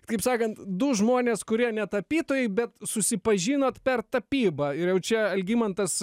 kaip sakant du žmonės kurie ne tapytojai bet susipažinot per tapybą ir jau čia algimantas